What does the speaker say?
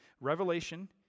Revelation